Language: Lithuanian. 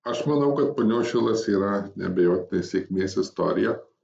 aš manau kad punios šilas yra neabejotinai sėkmės istorija